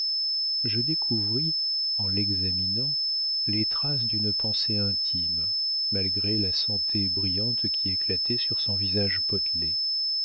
je découvris en l'examinant les traces d'une pensée intime malgré la santé brillante qui éclatait sur son visage potelé